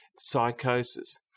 psychosis